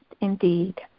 indeed